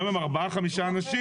היום הם ארבעה, חמישה אנשים.